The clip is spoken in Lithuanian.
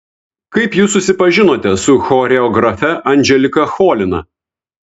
kaip jūs susipažinote su choreografe anželika cholina